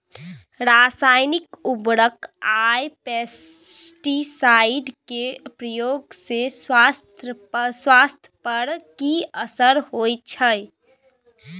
रसायनिक उर्वरक आ पेस्टिसाइड के प्रयोग से स्वास्थ्य पर कि असर होए छै?